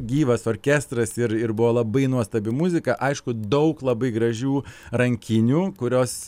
gyvas orkestras ir ir buvo labai nuostabi muzika aišku daug labai gražių rankinių kurios